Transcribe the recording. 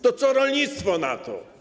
To co rolnictwo na to?